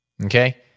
Okay